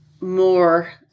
more